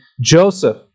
Joseph